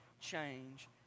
change